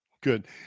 Good